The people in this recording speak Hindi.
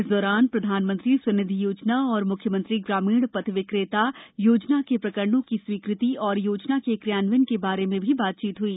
इस दौरान प्रधानमंत्री स्वनिधि योजना और मुख्यमंत्री ग्रामीण पथ विक्रेता योजना के प्रकरणों की स्वीकृति और योजना के क्रियान्वयन के बारे में भी बातचीत हई